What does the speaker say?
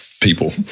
people